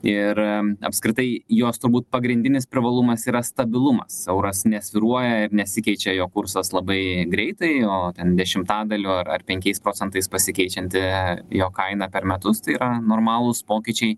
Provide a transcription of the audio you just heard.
ir apskritai jos turbūt pagrindinis privalumas yra stabilumas euras nesvyruoja ir nesikeičia jo kursas labai greitai o ten dešimtadaliu ar ar penkiais procentais pasikeičianti jo kaina per metus tai normalūs pokyčiai